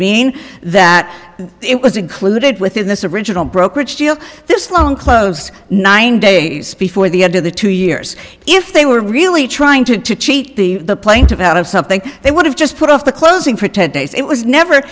in that it was included within this original brokerage deal this long closed nine days before the end of the two years if they were really trying to cheat the plaintiff out of something they would have just put off the closing for ten days it was never